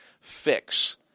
fix